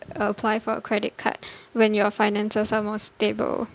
apply for a credit card when your finances are more stable